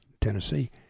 Tennessee